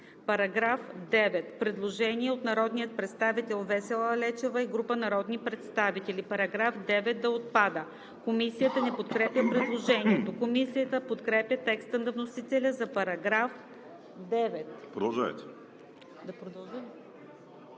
за § 8. Предложение от народния представител Весела Лечева и група народни представители: „§ 9 – отпада.“ Комисията не подкрепя предложението. Комисията подкрепя текста на вносителя за § 9. ПРЕДСЕДАТЕЛ